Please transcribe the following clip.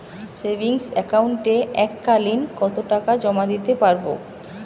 Savings একাউন্টে এক কালিন কতটাকা জমা দিতে পারব?